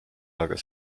aga